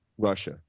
Russia